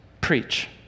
preach